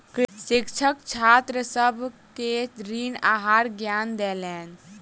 शिक्षक छात्र सभ के ऋण आहारक ज्ञान देलैन